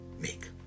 make